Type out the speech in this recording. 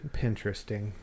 Pinteresting